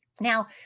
Now